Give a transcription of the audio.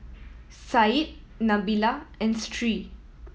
Said Nabila and Sri